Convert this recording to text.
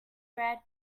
bread